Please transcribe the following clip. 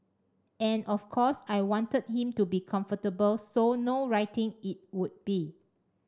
and of course I wanted him to be comfortable so no writing it would be